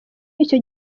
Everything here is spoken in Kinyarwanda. icyo